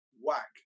whack